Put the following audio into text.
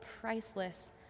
priceless